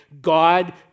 God